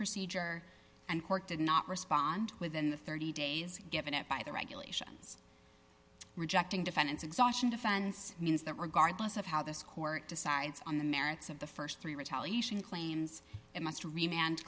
procedure and court did not respond within the thirty days given it by the regulations rejecting defendants exhaustion defense means that regardless of how this court decides on the merits of the st three retaliation claims it must remain